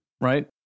right